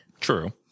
True